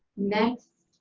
next